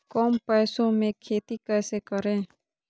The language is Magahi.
कम पैसों में खेती कैसे करें?